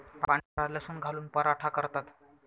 पांढरा लसूण घालून पराठा करतात